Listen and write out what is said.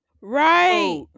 right